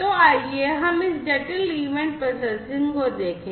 तो आइए हम इस जटिल ईवेंट प्रोसेसिंग को देखें